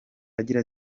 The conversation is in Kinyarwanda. agira